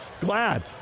Glad